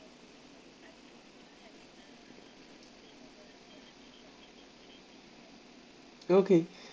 okay